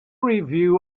review